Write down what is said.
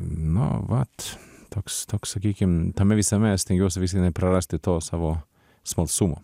nu vat toks toks sakykim tame visame stengiuosi vis neprarasti to savo smalsumo